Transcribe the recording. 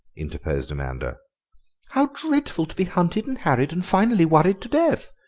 interposed amanda how dreadful to be hunted and harried and finally worried to death!